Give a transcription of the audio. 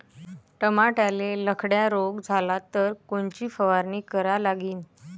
टमाट्याले लखड्या रोग झाला तर कोनची फवारणी करा लागीन?